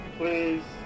please